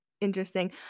interesting